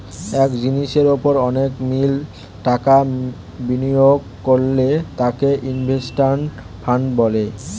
এক জিনিসের উপর অনেকে মিলে টাকা বিনিয়োগ করলে তাকে ইনভেস্টমেন্ট ফান্ড বলে